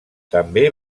també